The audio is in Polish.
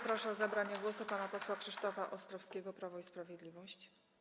Proszę o zabranie głosu pana posła Krzysztofa Ostrowskiego, Prawo i Sprawiedliwość.